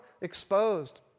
exposed